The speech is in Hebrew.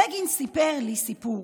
בגין סיפר לי סיפור,